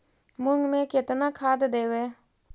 मुंग में केतना खाद देवे?